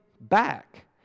back